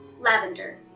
lavender